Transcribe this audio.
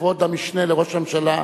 כבוד המשנה לראש הממשלה,